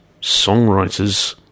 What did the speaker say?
songwriters